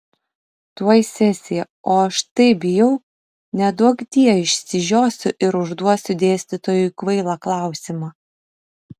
tuoj sesija o aš taip bijau neduokdie išsižiosiu ir užduosiu dėstytojui kvailą klausimą